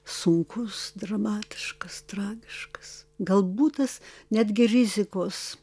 sunkus dramatiškas tragiškas galbūt tas netgi rizikos